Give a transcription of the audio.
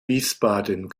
wiesbaden